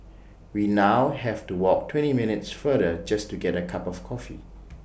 we now have to walk twenty minutes farther just to get A cup of coffee